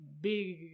big